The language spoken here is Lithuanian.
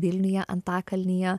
vilniuje antakalnyje